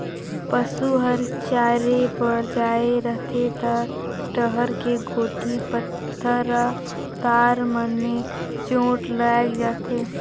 पसू हर चरे बर जाये रहथे त डहर के गोटी, पथरा, तार मन में चोट लायग जाथे